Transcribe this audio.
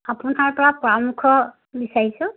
আপোনাৰ পৰা পৰামৰ্শ বিছাৰিছোঁ